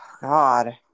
God